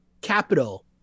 capital